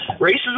Racism